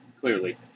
clearly